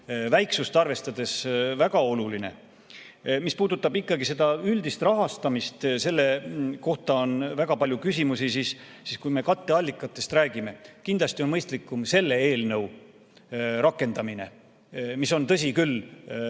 väiksust arvestades väga oluline. Mis puudutab seda üldist rahastamist, selle kohta on väga palju küsimusi, siis katteallikatest rääkides on kindlasti mõistlikum selle eelnõu rakendamine, mis on, tõsi küll,